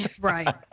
right